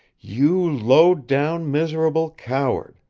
you low-down miserable coward.